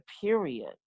period